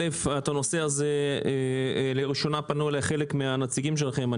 בנושא הזה פנו אלי לראשונה חלק מהנציגים שלכם.